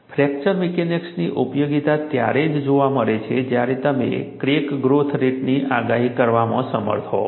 fracture મિકેનિક્સની ઉપયોગીતા ત્યારે જ જોવા મળે છે જ્યારે તમે ક્રેક ગ્રોથ રેટની આગાહી કરવામાં સમર્થ હોવ